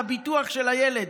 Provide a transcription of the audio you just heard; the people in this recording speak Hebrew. לביטוח של הילד.